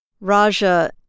Raja